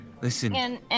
listen